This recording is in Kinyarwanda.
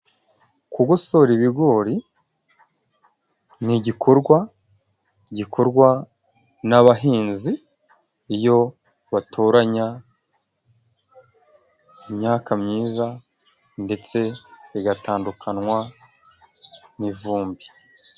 Kugosora ibigori ni igikorwa gikorwa n'abahinzi iyo batoranya imyaka myiza, ndetse bigatandukanywa n'ivumbi.